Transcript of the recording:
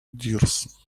dears